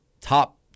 top